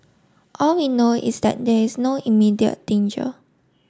all we know is that there is no immediate danger